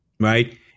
Right